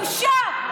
זה בושה.